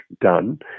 done